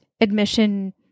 admission